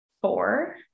four